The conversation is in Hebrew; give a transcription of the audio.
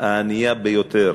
הענייה, הענייה ביותר